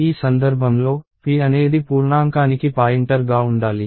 ఈ సందర్భంలో p అనేది పూర్ణాంకానికి పాయింటర్గా ఉండాలి